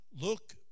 look